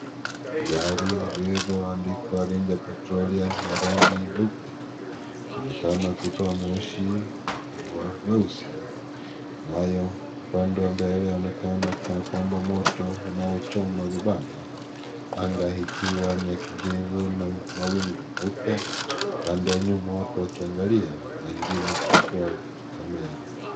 Gari lililoandikwa ranger patrol ya rangi nyeupe yaonekana kutoa moshi wa mweusi nayo upande wa mbele waonekana kana kwamba moto unaochoma vibanda anga ikiwa ni ya kijivu na mawingu meupe, upande wa nyuma watu wakiangalia na mwingine kuchukua camera